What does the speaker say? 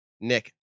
Nick